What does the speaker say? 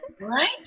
Right